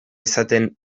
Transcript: esaten